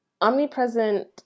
Omnipresent